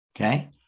okay